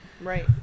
right